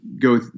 go